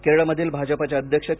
केरळमधील भाजपचे अध्यक्ष के